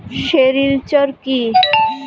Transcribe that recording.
Sericulture কি?